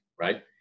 right